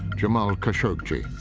jamal khashoggi.